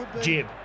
jib